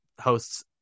hosts